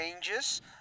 changes